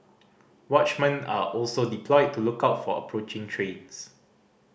watchmen are also deployed to look out for approaching trains